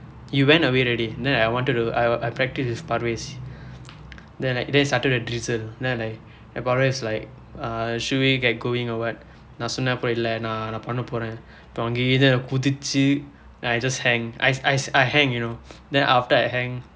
you went away already then I wanted to do I I practice with pares then like it started to drizzle then like pares like[eh]should we get going or what நான் சொன்னேன் இல்லை நான் பன்ன போகிறேன் அப்புறம் அங்க இருந்து நான் குதித்து:naan sonneen illai naan panna pookireen appuram angka irundthu naan kuthiththu then I just hang I s~ I s~ I hang you know then after I hang